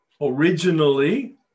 Originally